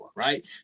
Right